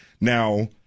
Now